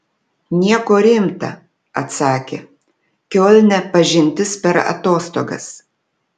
nieko rimta atsakė kiolne pažintis per atostogas